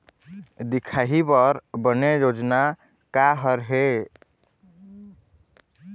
दिखाही बर बने योजना का हर हे?